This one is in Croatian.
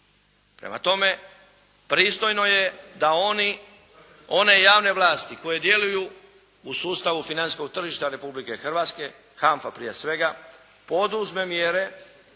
Prema tome pristojno je da one javne vlasti koje djeluju u sustavu financijskog tržišta Republike Hrvatske, HANFA prije svega, poduzme mjere